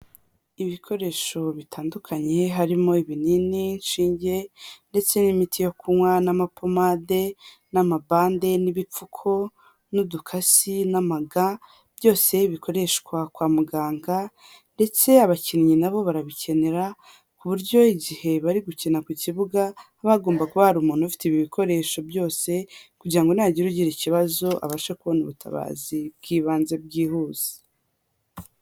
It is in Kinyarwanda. Ibikoresho bitandukanye harimo ibinini, inshinge ndetse n'imiti yo kunywa n'amapomade n'amabande n'ibipfuko n'udukasi n'amaga, byose bikoreshwa kwa muganga ndetse abakinnyi na bo barabikenera, ku buryo igihe bari gukina ku kibuga, haba hagomba hari umuntu ufite ibi bikoresho byose kugira ngo nihagira ugira ikibazo, abashe kubona ubutabazi bw'ibanze byihuse.